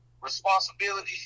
Responsibility